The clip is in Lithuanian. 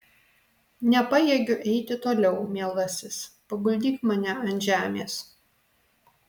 nepajėgiu eiti toliau mielasis paguldyk mane ant žemės